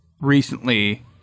recently